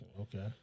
Okay